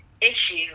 issue –